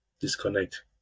Disconnect